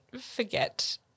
forget